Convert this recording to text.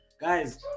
Guys